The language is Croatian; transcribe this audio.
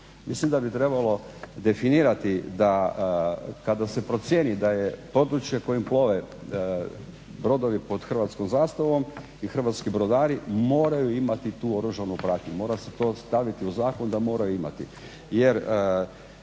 Mislim da bi trebalo definirati da kada se procijeni da je područje kojim plove brodovi pod hrvatskom zastavom i hrvatski brodari moraju imati tu oružanu pratnju, mora se to staviti u zakon da moraju imati,